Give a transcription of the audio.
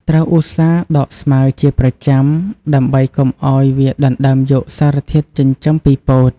ត្រូវឧស្សាហ៍ដកស្មៅជាប្រចាំដើម្បីកុំឱ្យវាដណ្តើមយកសារធាតុចិញ្ចឹមពីពោត។